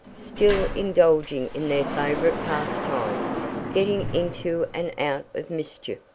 still indulging in their favorite pastime getting into and out of mischief.